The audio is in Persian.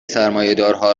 سرمایهدارها